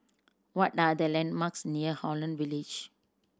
what are the landmarks near Holland Village